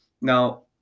Now